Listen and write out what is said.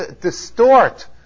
distort